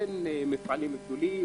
אין מפעלים גדולים,